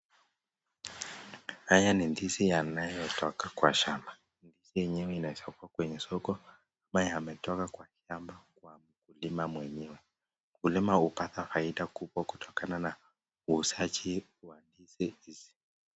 Haya ni ndizi yanayotoka kwa shamba, yenyewe inaweza kuwa kwa soko ama yametoka kwa mkulima mwenyewe, mkulima hupata faida kubwa kutokana na uuzaji wa ndizi hii.